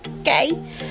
okay